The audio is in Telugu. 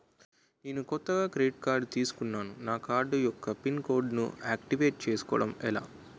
నేను కొత్తగా క్రెడిట్ కార్డ్ తిస్కున్నా నా కార్డ్ యెక్క పిన్ కోడ్ ను ఆక్టివేట్ చేసుకోవటం ఎలా?